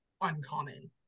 uncommon